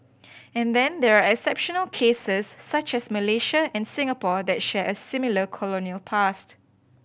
and then there are exceptional cases such as Malaysia and Singapore that share a similar colonial past